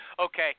Okay